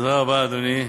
תודה רבה, אדוני.